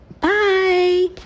bye